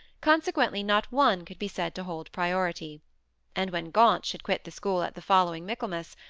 consequently not one could be said to hold priority and when gaunt should quit the school at the following michaelmas,